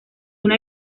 una